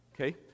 okay